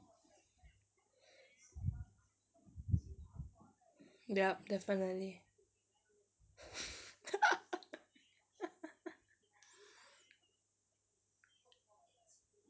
yup definitely